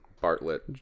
Bartlett